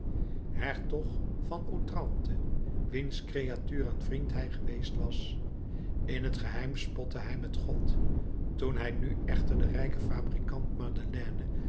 hertog van otrante wiens creatuur en vriend hij geweest was in t geheim spotte hij met god toen hij nu echter den rijken fabrikant madeleine